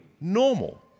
normal